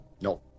No